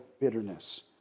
bitterness